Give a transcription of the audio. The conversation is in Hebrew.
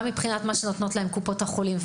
גם מבחינת קבלת סיוע וסיוע מקופות החולים,